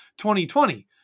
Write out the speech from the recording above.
2020